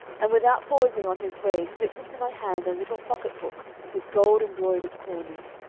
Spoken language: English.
and without pausing on his way slipped into my hand a little pocket-book with gold-embroidered corners,